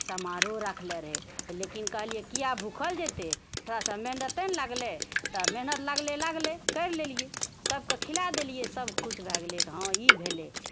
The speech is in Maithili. समारोह रखले रहय लेकिन कहलियै किआ भूखल जेतय थोड़ासँ मेहनते नहि लागले तऽ मेहनत लागले लागले करि लेलियै सभके खिला देलियै सभ खुश भए गेलय हँ ई भेलय